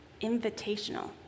invitational